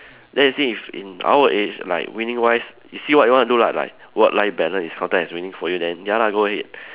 then you see if in our age like winning wise you see what you wanna do lah like work life balance is counted as winning for you then ya lah go ahead